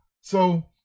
So-